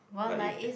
like in